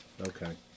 Okay